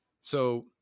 So-